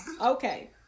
okay